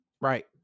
Right